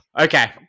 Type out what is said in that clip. Okay